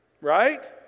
Right